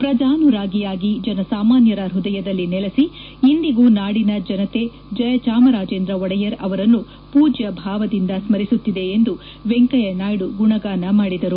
ಪ್ರಜಾನುರಾಗಿಯಾಗಿ ಜನಸಾಮಾನ್ಯರ ಹೃದಯದಲ್ಲಿ ನೆಲಸಿ ಇಂದಿಗೂ ನಾಡಿನ ಜನತೆ ಜಯಚಾಮರಾಜೇಂದ್ರ ಒಡೆಯರ್ ಅವರನ್ನು ಪೂಜ್ಯಭಾವದಿಂದ ಸ್ಕರಿಸುತ್ತಿದೆ ಎಂದು ವೆಂಕಯ್ಥನಾಯ್ಡ ಗುಣಗಾನ ಮಾಡಿದರು